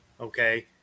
Okay